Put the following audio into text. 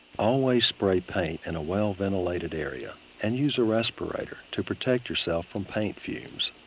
always spray paint in a well-ventilated area. and use a respirator to protect yourself from paint fumes.